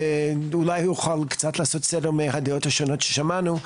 ואולי הוא יוכל קצת לעשות סדר מהדעות השונות ששמענו,